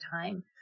time